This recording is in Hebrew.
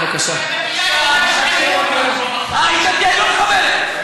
אה, היא אישה דתייה, היא לא מחבלת.